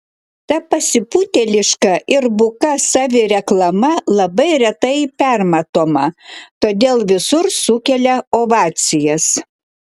ta pasipūtėliška ir buka savireklama labai retai permatoma todėl visur sukelia ovacijas